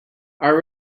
our